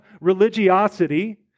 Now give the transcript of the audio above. religiosity